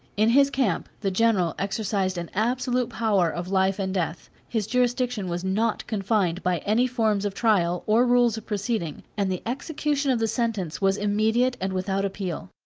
in his camp the general exercised an absolute power of life and death his jurisdiction was not confined by any forms of trial, or rules of proceeding, and the execution of the sentence was immediate and without appeal.